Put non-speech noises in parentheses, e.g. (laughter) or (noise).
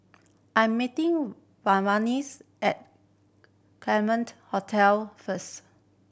I'm meeting (unintelligible) at (unintelligible) Hotel first